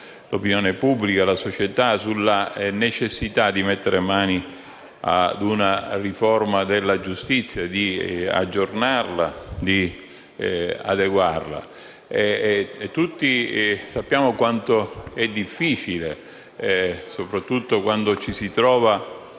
l'opinione pubblica e la società, sulla necessità di mettere mano ad una riforma della giustizia, di aggiornarla e di adeguarla. Tutti sappiamo quanto sia difficile, soprattutto quando ci si trova